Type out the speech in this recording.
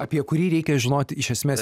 apie kurį reikia žinoti iš esmės